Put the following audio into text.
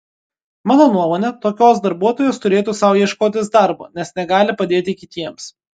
mano nuomone tokios darbuotojos turėtų sau ieškotis darbo nes negali padėti kitiems